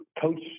coach